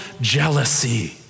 jealousy